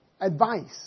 advice